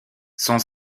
son